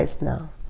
now